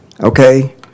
Okay